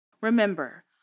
Remember